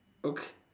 okay